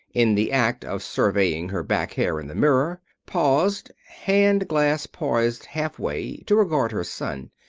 in the act of surveying her back hair in the mirror, paused, hand glass poised half way, to regard her son.